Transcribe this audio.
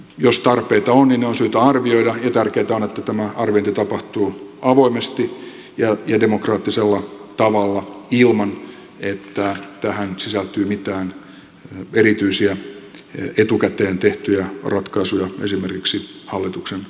jos tarpeita on niin ne on syytä arvioida ja tärkeätä on että tämä arviointi tapahtuu avoimesti ja demokraattisella tavalla ilman että tähän sisältyy mitään erityisiä etukäteen tehtyjä ratkaisuja esimerkiksi hallituksen toimesta